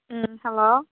ꯎꯝ hello